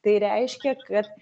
tai reiškia kad